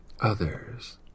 others